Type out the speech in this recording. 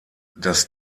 das